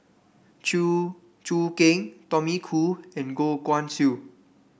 Chew Choo Keng Tommy Koh and Goh Guan Siew